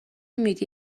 میدی